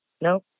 No